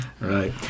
Right